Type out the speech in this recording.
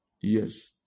Yes